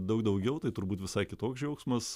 daug daugiau tai turbūt visai kitoks džiaugsmas